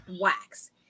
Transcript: wax